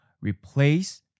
replace